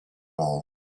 ball